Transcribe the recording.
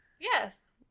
Yes